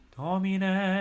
domine